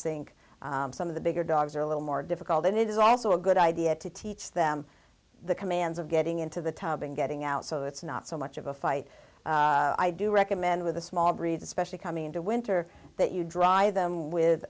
sink some of the bigger dogs are a little more difficult and it is also a good idea to teach them the commands of getting into the tub and getting out so it's not so much of a fight i do recommend with a small breed especially coming into winter that you dry them with